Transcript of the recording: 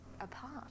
apart